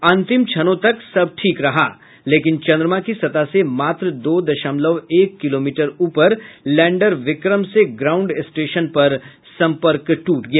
अंतिम क्षणों तक सब ठीक रहा लेकिन चंद्रमा की सतह से मात्र दो दशमलव एक किलोमीटर उपर लैंडर विक्रम से ग्राउंड स्टेशन पर संपर्क टूट गया